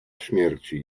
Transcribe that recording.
śmierci